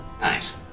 Nice